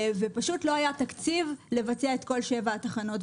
ופשוט לא היה תקציב לבצע את כל שבע התחנות,